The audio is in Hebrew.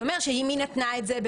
זה אומר שאם היא נתנה את זה,